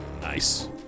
Nice